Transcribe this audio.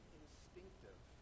instinctive